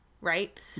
right